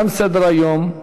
תם סדר-היום.